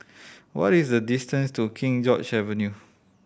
what is the distance to King George Avenue